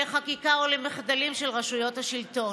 על החקיקה או על המחדלים של רשויות השלטון.